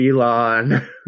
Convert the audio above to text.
Elon